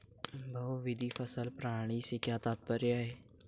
बहुविध फसल प्रणाली से क्या तात्पर्य है?